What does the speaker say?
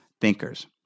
thinkers